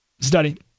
study